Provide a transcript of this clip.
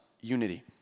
unity